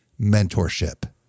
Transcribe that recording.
mentorship